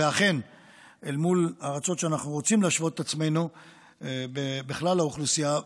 ואכן אל מול ארצות שאנחנו רוצים להשוות את עצמנו בכלל האוכלוסייה,